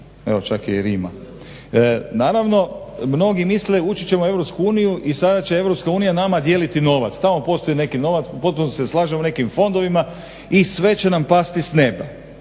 Evo čak je i rima. Naravno, mnogi misle ući ćemo u EU i sada će nama EU nama dijeliti novac, tamo postoji neki novac potpuno se slažem u nekim fondovima i sve će nam pasti s nema.